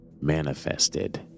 manifested